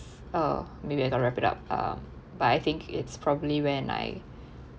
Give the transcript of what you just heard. oh maybe I can wrap it up um but I think it's probably when I